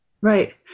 Right